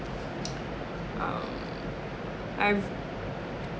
um I've